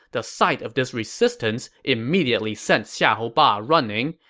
the sight of this resistance immediately sent xiahou ba running,